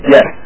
Yes